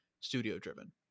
studio-driven